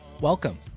Welcome